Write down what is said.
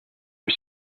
are